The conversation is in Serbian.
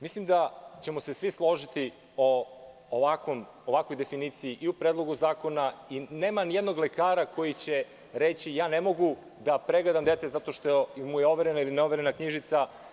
Mislim da ćemo se svi složiti o ovakvoj definiciji i u Predlogu zakona i nema ni jednog lekara koji će reći – ja ne mogu da pregledam dete zato što mu je overena ili neoverena knjižica.